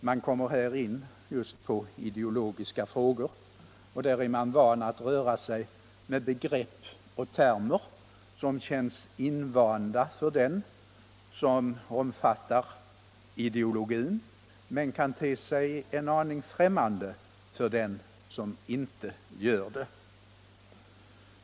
Man kommer här in på ideologiska frågor, och då är man van vid att röra sig med begrepp och termer som känns invanda för den som omfattar ideologin men som kan te sig en aning främmande för den som inte gör det.